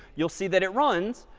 you'll see that it runs,